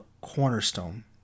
cornerstone